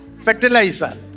fertilizer